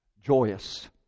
joyous